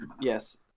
Yes